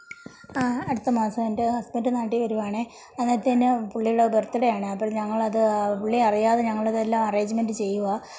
അടുത്ത മാസം എന്റെ ഹസ്ബന്ഡ് നാട്ടിൽ വരുവാണെ അന്നേരത്തേയ്ന് പുള്ളിയുടെ ബര്ത്ത് ഡേ ആണെ അപ്പഴ് ഞങ്ങളത് പുള്ളിയറിയാതെ ഞങ്ങളതെല്ലാം അറേയ്ഞ്ച്മെന്റ് ചെയ്യുകയാണ്